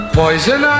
poison